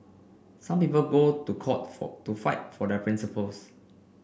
some people go to court for to fight for their principles